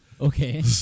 Okay